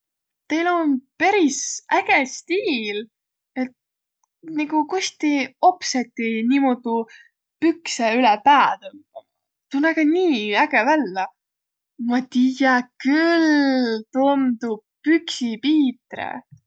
Teil om peris äge stiil! Et kost ti opsõti niimuudu pükse üle pää tõmbama? Tuu näge nii äge vällä. Ma tiiä küll, tuu om tuu Püksi Piitre!